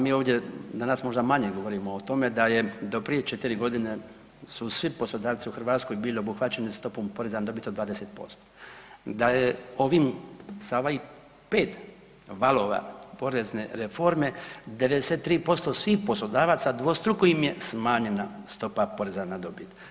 Mi ovdje, danas možda manje govorimo o tome da je do prije 4 godine su svi poslodavci u Hrvatskoj bili obuhvaćeni stopom poreza na dobit od 20%, da je ovim, za ovaj 5 valova porezne reforme, 95% svih poslodavaca dvostruko im je smanjena stopa poreza na dobit.